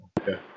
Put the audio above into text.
Okay